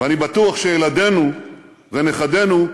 ואני בטוח שילדינו ונכדינו,